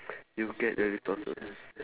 you get the resources